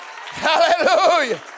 Hallelujah